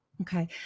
Okay